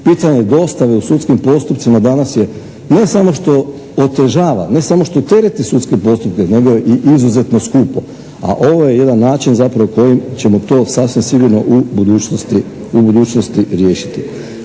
Pitanje dostave u sudskim postupcima danas je ne samo što otežava, ne samo što tereti sudske postupke nego je i izuzetno skupo. A ovo je jedan način zapravo kojim ćemo to sasvim sigurno u budućnosti riješiti.